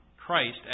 christ